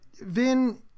Vin